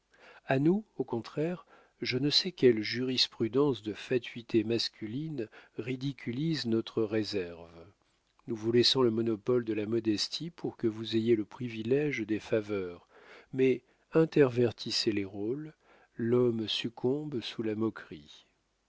à nous au contraire je ne sais quelle jurisprudence de fatuité masculine ridiculise notre réserve nous vous laissons le monopole de la modestie pour que vous ayez le privilége des faveurs mais intervertissez les rôles l'homme succombe sous la moquerie